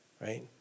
right